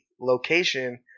location